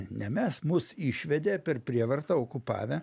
ne mes mus išvedė per prievartą okupavę